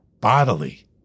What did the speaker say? bodily